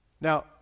Now